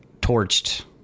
torched